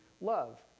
love